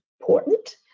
important